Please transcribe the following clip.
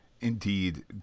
Indeed